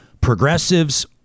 progressives